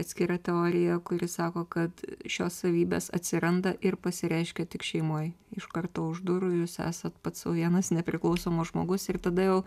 atskira teorija kuri sako kad šios savybės atsiranda ir pasireiškia tik šeimoj iš karto už durų jūs esat pats sau vienas nepriklausomas žmogus ir tada jau